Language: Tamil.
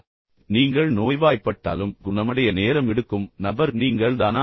பின்னர் நீங்கள் நோய்வாய்ப்பட்டாலும் குணமடைய நேரம் எடுக்கும் நபர் நீங்கள்தானா